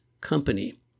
Company